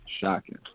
shocking